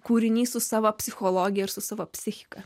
kūrinys su savo psichologija ir su savo psichika